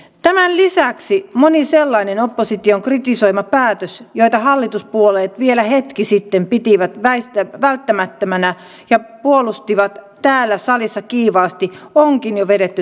tämän lisäksi moni sellainen opposition kritisoima päätös joita hallituspuolueet vielä hetki sitten pitivät välttämättöminä ja puolustivat täällä salissa kiivaasti onkin jo vedetty takaisin